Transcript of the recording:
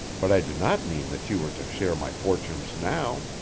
but i did not mean that you were to share my fortunes now.